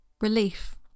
relief